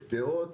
דעות